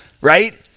right